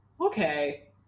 Okay